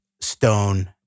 stone